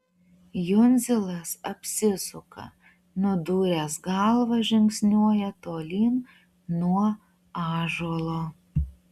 jundzilas apsisuka nudūręs galvą žingsniuoja tolyn nuo ąžuolo